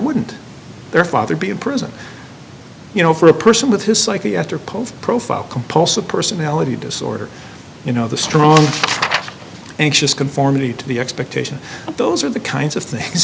wouldn't their father be in prison you know for a person with his psyche after post profile compulsive personality disorder you know the strong anxious conformity to the expectation those are the kinds of things